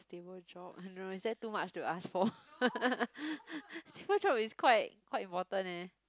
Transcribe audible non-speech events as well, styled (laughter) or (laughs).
stable job I don't know is that too much to ask for (laughs) stable job is quite quite important leh